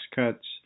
cuts